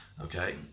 okay